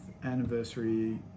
anniversary